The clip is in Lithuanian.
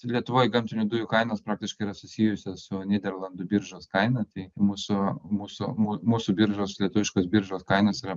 lietuvoj gamtinių dujų kainos praktiškai yra susijusios su nyderlandų biržos kaina tai mūsų mūsų mū mūsų biržos lietuviškos biržos kainos yra